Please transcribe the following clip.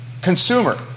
Consumer